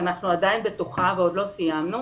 ואנחנו עדיין בתוכה ועוד לא סיימנו,